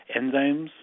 enzymes